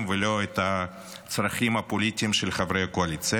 ולא את הצרכים הפוליטיים של חברי הקואליציה.